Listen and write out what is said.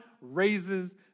raises